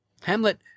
Hamlet